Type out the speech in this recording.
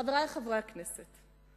חברי חברי הכנסת,